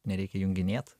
nereikia junginėt